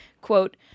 quote